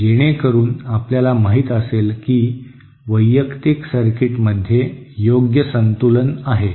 जेणेकरून आपल्याला माहित असेल की वैयक्तिक सर्किट्समध्ये योग्य संतुलन आहे